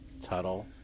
Tuttle